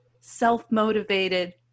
self-motivated